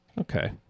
Okay